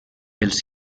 els